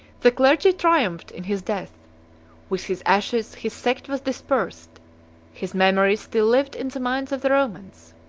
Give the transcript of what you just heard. the clergy triumphed in his death with his ashes, his sect was dispersed his memory still lived in the minds of the romans.